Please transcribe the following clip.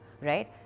right